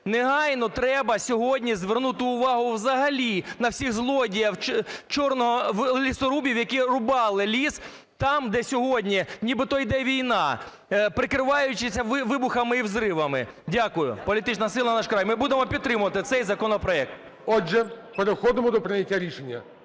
негайно треба сьогодні звернути увагу взагалі на всіх злодіїв, лісорубів, які рубали ліс там, де сьогодні нібито йде війна, прикриваючись вибухами і взривами. Дякую. Політична сила "Най край". Ми будемо підтримувати цей законопроект. ГОЛОВУЮЧИЙ. Отже, переходимо до прийняття рішення.